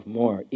more